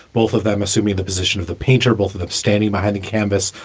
both of them assuming the position of the painter, both of them standing behind the canvas,